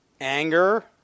Anger